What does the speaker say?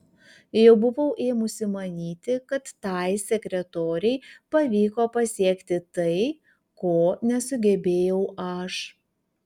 jau buvau ėmusi manyti kad tai sekretorei pavyko pasiekti tai ko nesugebėjau aš